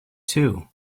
too